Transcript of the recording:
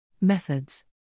Methods